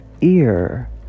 ear